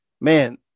man